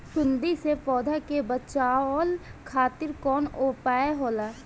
सुंडी से पौधा के बचावल खातिर कौन उपाय होला?